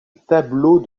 tableau